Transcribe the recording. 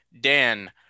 Dan